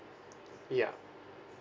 yup